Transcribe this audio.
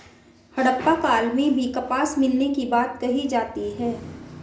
हड़प्पा काल में भी कपास मिलने की बात कही जाती है